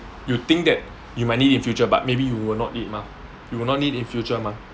you think that you might need in future but maybe you will not need mah you will not need in future mah